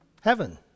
Heaven